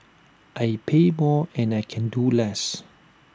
I pay more and I can do less